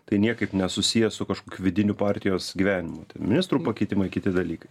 tai niekaip nesusiję su kažkokiu vidiniu partijos gyvenimu ministrų pakeitimai kiti dalykai